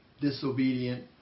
disobedient